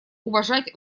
уважать